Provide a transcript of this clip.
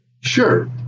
Sure